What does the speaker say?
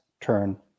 turn